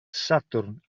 sadwrn